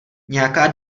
nějaká